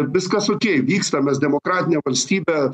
viskas okei vyksta mes demokratinė valstybė